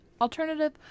Alternative